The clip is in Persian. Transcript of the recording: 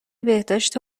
بهداشت